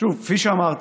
שוב, כפי שאמרתי,